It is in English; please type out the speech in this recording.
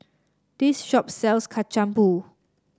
this shop sells Kacang Pool